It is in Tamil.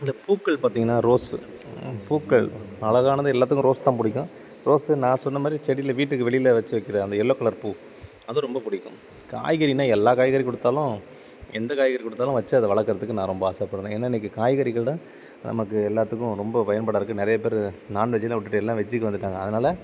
இந்த பூக்கள் பார்த்திங்கனா ரோஸு பூக்கள் அழகானது எல்லாத்துக்கும் ரோஸ் தான் பிடிக்கும் ரோஸு நான் சொன்ன மாதிரி செடியில் வீட்டுக்கு வெளியில் வெச்சு வைக்கிறது அந்த எல்லோவ் கலர் பூ அது ரொம்ப பிடிக்கும் காய்கறினா எல்லா காய்கறி கொடுத்தாலும் எந்த காய்கறி கொடுத்தாலும் வச்சு அதை வளக்கிறதுக்கு நான் ரொம்ப ஆசைப்படுவேன் ஏன்னா இன்னைக்கு காய்கறிகள் தான் நமக்கு எல்லாத்துக்கும் ரொம்ப பயன்பாடாக இருக்குது நிறையா பேர் நான்வெஜ்ஜெல்லாம் விட்டுட்டு எல்லாம் வெஜ்ஜுக்கு வந்துட்டாங்க அதனால்